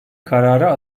karara